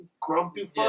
grumpy